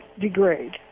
degrade